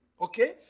Okay